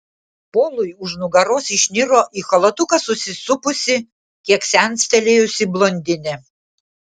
polui už nugaros išniro į chalatuką susisupusi kiek senstelėjusi blondinė